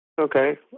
Okay